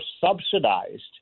subsidized